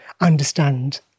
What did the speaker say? understand